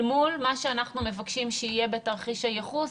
מול מה שאנחנו מבקשים שיהיה בתרחיש הייחוס.